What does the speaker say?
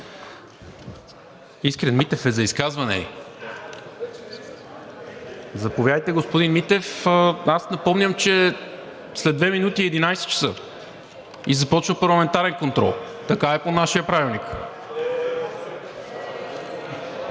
Искрен Митев е за изказване ли? Заповядайте, господин Митев. Аз напомням, че след две минути е 11,00 ч. и започва парламентарен контрол. Така е по нашия Правилник.